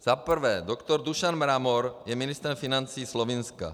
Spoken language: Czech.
Za prvé, doktor Dušan Mramor je ministrem financí Slovinska.